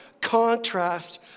contrast